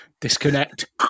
disconnect